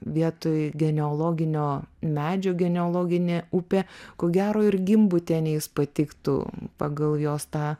vietoj genealoginio medžio genealoginė upė ko gero ir gimbutienei jis patiktų pagal jos tą